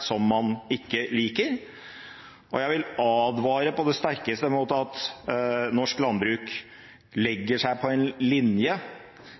som man ikke liker. Jeg vil advare på det sterkeste mot at norsk landbruk legger seg på en linje